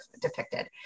depicted